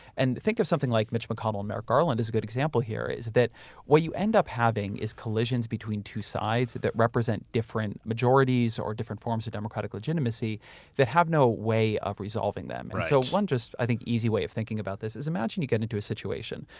and think of something like mitch mcconnell and merrick garland is a good example here, is that what you end up having is collisions between two sides that represent different majorities or different forms of democratic legitimacy that have no way of resolving them. and so, one just, i think, easy way of thinking about this is imagine you get into a situation,